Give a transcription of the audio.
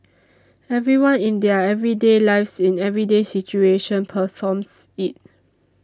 everyone in their everyday lives in everyday situation performs it